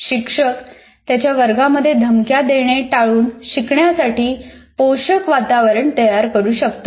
शिक्षक त्यांच्या वर्गांमध्ये धमक्या देणे टाळून शिकण्यासाठी पोषक वातावरण तयार करू शकतात